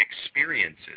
experiences